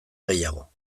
gehiago